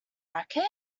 racket